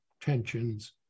tensions